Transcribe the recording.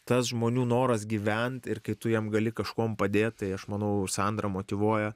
tas žmonių noras gyvent ir kai tu jam gali kažkuom padėt tai aš manau sandrą motyvuoja